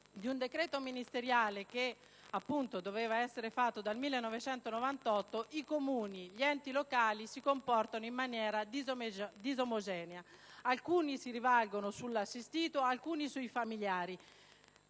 di un decreto ministeriale, atteso dal 1998, i Comuni e gli enti locali si comportano in maniera disomogenea: alcuni si rivalgono sull'assistito, altri sui familiari.